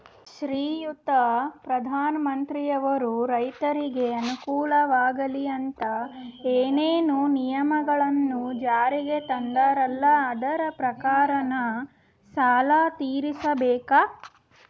ಶ್ರೀಯುತ ಪ್ರಧಾನಮಂತ್ರಿಯವರು ರೈತರಿಗೆ ಅನುಕೂಲವಾಗಲಿ ಅಂತ ಏನೇನು ನಿಯಮಗಳನ್ನು ಜಾರಿಗೆ ತಂದಾರಲ್ಲ ಅದರ ಪ್ರಕಾರನ ಸಾಲ ತೀರಿಸಬೇಕಾ?